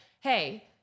Hey